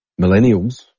millennials